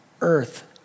earth